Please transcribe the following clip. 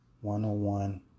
one-on-one